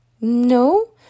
no